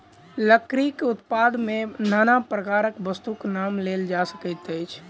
लकड़ीक उत्पाद मे नाना प्रकारक वस्तुक नाम लेल जा सकैत अछि